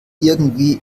irgendwie